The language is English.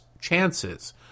chances